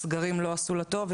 הסגרים לא עשו לה טוב,